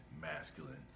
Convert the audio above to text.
masculine